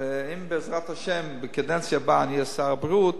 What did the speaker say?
ואם בעזרת השם בקדנציה הבאה אני אהיה שר הבריאות,